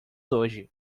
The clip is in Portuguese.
hoje